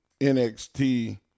NXT